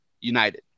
United